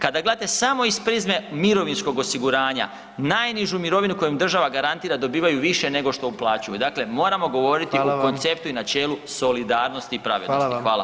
Kada gledate samo iz prizme mirovinskog osiguranja najnižu mirovinu kojom država garantira dobivaju više nego što uplaćuju, dakle moramo [[Upadica: Hvala]] govoriti po konceptu i načelu solidarnosti i pravednosti [[Upadica: Hvala vam]] Hvala.